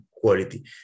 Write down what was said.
quality